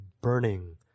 burning